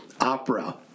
opera